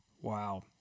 Wow